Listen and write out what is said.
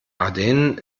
aden